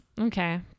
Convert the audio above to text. okay